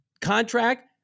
contract